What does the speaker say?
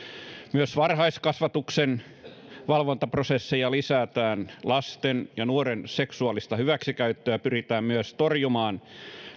myös varhaiskasvatuksen valvontaprosesseja lisätään lasten ja nuorten seksuaalista hyväksikäyttöä pyritään myös torjumaan